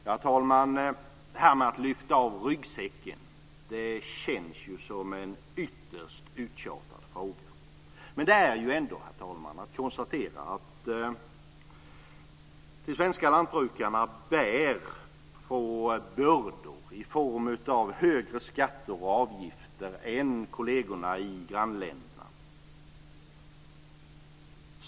Ja, herr talman, det här med att lyfta av ryggsäcken känns som en ytterst uttjatad fråga, men det måste ändå konstateras att de svenska lantbrukarna bär på bördor i form av högre skatter och avgifter än vad kollegerna i grannländerna har.